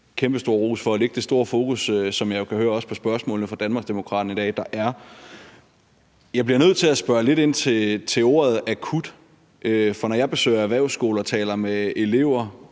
Kæmpestor ros for at lægge det store fokus på dem, som jeg jo også kan høre på spørgsmålene fra Danmarksdemokraterne i dag at der er. Jeg bliver nødt til at spørge lidt ind til ordet akut, for når jeg besøger erhvervsskoler og taler med elever